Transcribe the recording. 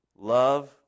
Love